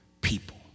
people